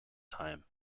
time